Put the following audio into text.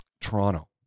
Toronto